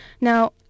Now